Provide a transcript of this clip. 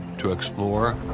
to explore,